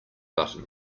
button